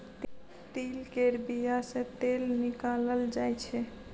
तिल केर बिया सँ तेल निकालल जाय छै